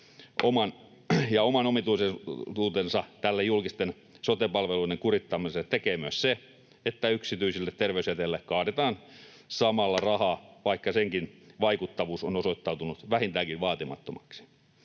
Oman omituisuutensa tälle julkisten sote-palveluiden kurittamiselle tekee myös se, että yksityisille terveysjäteille kaadetaan samalla rahaa, vaikka senkin vaikuttavuus on osoittautunut vähintäänkin vaatimattomaksi.